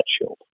shield